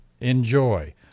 Enjoy